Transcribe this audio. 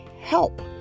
help